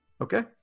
Okay